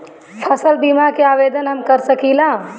फसल बीमा के आवेदन हम कर सकिला?